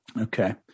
Okay